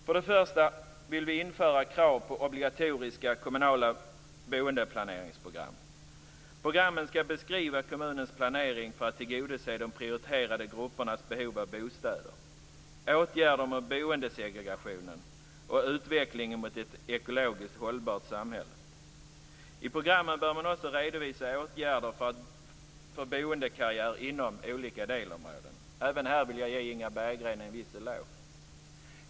För det första vill vi införa krav på obligatoriska kommunala boendeplaneringsprogram. Programmen skall beskriva kommunens planering för att tillgodose de prioriterade gruppernas behov av bostäder, åtgärder mot boendesegregationen och utvecklingen mot ett ekologiskt hållbart samhälle. I programmen bör man också redovisa åtgärder för boendekarriär inom olika delområden. Även i detta sammanhang vill jag ge Inga Berggren en liten eloge.